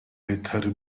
battery